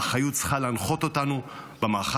האחריות צריכה להנחות אותנו במערכה